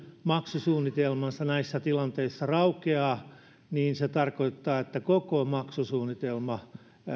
maksusuunnitelma näissä tilanteissa raukeaa niin se tarkoittaa että koko maksusuunnitelma